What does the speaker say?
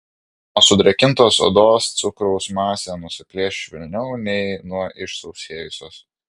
nuo sudrėkintos odos cukraus masė nusiplėš švelniau nei nuo išsausėjusios